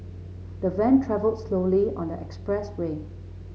the van travelled slowly on the expressway